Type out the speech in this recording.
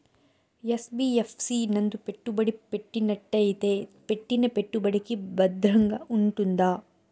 NBFC నందు పెట్టుబడి పెట్టినట్టయితే పెట్టిన పెట్టుబడికి భద్రంగా ఉంటుందా?